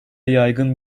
yaygın